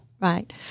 right